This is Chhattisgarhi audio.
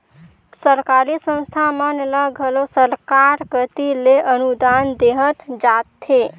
सरकारी संस्था मन ल घलो सरकार कती ले अनुदान देहल जाथे